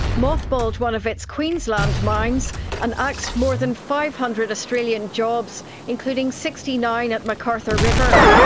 mothballed one of its queensland mines and axed more than five hundred australian jobs, including sixty nine at mcarthur river.